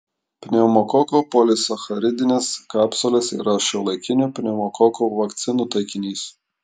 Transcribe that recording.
pneumokokų polisacharidinės kapsulės yra šiuolaikinių pneumokoko vakcinų taikinys